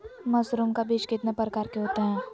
Mushroom का बीज कितने प्रकार के होते है?